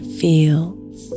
feels